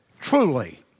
truly